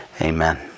Amen